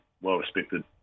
well-respected